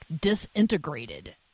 disintegrated